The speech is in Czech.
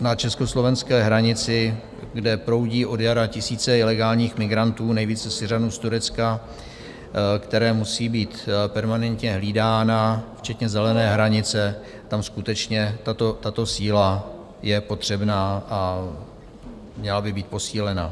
Na československé hranici, kde proudí od jara tisíce ilegálních migrantů, nejvíce Syřanů z Turecka, která musí být permanentně hlídána včetně zelené hranice, tam skutečně tato síla je potřebná a měla by být posílena.